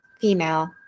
female